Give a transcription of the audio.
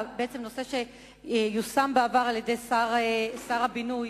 נושא שיישם בעבר שר הבינוי